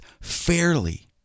fairly